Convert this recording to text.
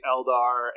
Eldar